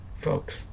folks